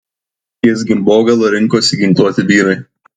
ties gimbogala rinkosi ginkluoti vyrai